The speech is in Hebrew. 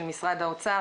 משרד האוצר,